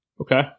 Okay